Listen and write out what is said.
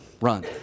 run